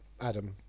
Adam